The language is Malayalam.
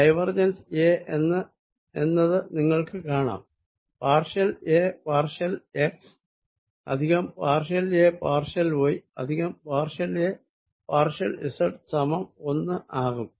ഡൈവേർജെൻസ് A എന്നത് നിങ്ങൾക്ക് കാണാം partial A partial x plus partial A partial y plus partial A partial z സമം ഒന്ന് ആകും